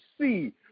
see